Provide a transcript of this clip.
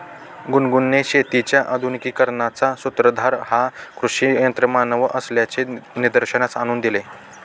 गुनगुनने शेतीच्या आधुनिकीकरणाचा सूत्रधार हा कृषी यंत्रमानव असल्याचे निदर्शनास आणून दिले